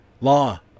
law